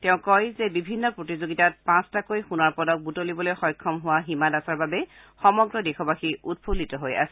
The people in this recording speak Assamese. তেওঁ কয় বিভিন্ন প্ৰতিযোগিতাত পাঁচটাকৈ সোণৰ পদক বুটলিবলৈ সক্ষম হোৱা হিমা দাসৰ বাবে সমগ্ৰ দেশবাসী উৎফুল্লিত হৈ আছে